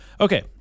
Okay